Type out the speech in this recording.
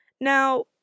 Now